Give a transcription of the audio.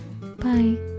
Bye